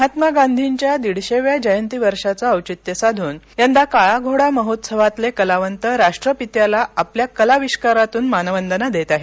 महात्मा गांधींच्या दिडशेव्या जयंती वर्षाचं औचित्य साधून यंदा काळा घोडा महोत्सवातले कलावंत राष्ट्रपित्याला आपल्या कलाविष्कारातून मानवंदना देत आहेत